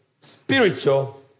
spiritual